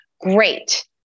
great